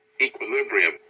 equilibrium